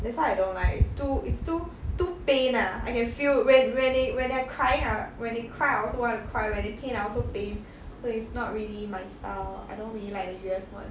that's why I don't like it's too it's too too pain ah I can feel when when they when they are crying I when they cry I also want to cry when they pain I also pain so it's not really my style I don't really like the U_S one